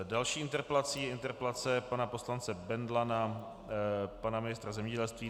Další interpelací je interpelace pana poslance Bendla na pana ministra zemědělství.